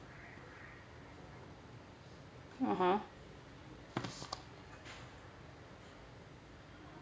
(uh huh)